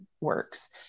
works